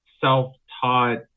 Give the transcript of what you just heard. self-taught